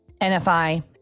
NFI